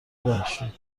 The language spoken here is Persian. وحشی